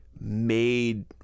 made